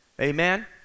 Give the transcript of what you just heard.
amen